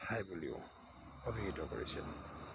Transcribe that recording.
ঠাই বুলিও অভিহিত কৰিছিল